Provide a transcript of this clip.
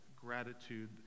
gratitude